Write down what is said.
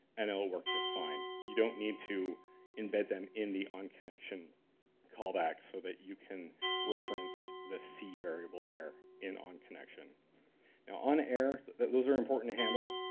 and it'll work just fine. you don't need to embed them in the on-connection callback, so that you can reference the c variable there in on-connection now on-air, those are important to handle.